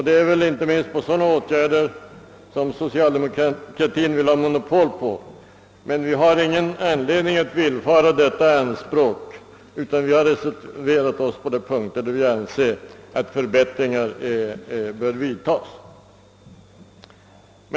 Det är väl inte minst sådana åtgärder som socialdemokratin vill ha monopol på. Vi inom oppositionen har dock ingen anledning att villfara detta anspråk utan har reserverat oss på de punkter där vi anser att förbättringar bör vidtas.